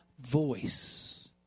voice